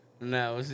No